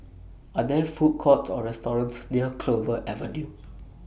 Are There Food Courts Or restaurants near Clover Avenue